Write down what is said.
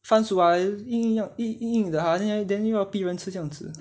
什么来的 !huh! 硬硬硬硬的 !huh! then 又要逼人吃这样子